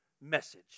message